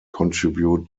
contribute